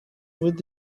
with